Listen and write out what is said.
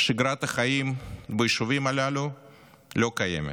שגרת החיים ביישובים הללו לא קיימת: